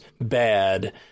bad